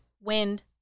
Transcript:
wind